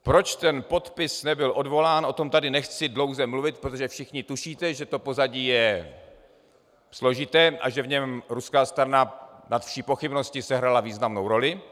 Proč podpis nebyl odvolán, o tom tady nechci dlouze mluvit, protože všichni tušíte, že to pozadí je složité a že v něm ruská strana nade vši pochybnost sehrála významnou roli.